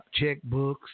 checkbooks